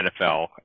NFL